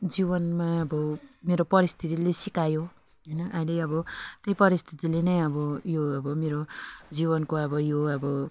जीवनमा अब मेरो परिस्थितिले सिकायो होइन अहिले अब त्यही परिस्थितिले नै अब यो अब मेरो जीवनको अब यो अब